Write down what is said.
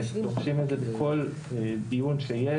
ובאמת הם דורשים את זה בכל דיון שיש,